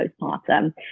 postpartum